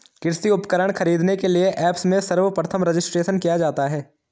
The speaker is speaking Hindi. कृषि उपकरण खरीदने के लिए ऐप्स में सर्वप्रथम रजिस्ट्रेशन किया जाता है